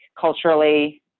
culturally